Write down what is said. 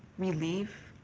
relief,